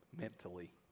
mentally